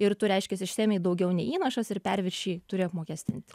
ir tu reiškias seniai daugiau nei įnašas ir perviršį turi apmokestint